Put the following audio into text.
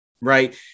Right